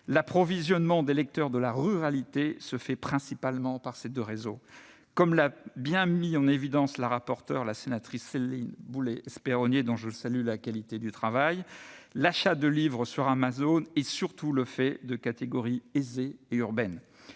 L'approvisionnement des lecteurs de la ruralité se fait principalement par ces deux réseaux. Comme l'a bien mis en évidence la rapporteure, Céline Boulay-Espéronnier, dont je salue la qualité du travail, « l'achat de livres sur Amazon est surtout le fait de catégories aisées et urbaines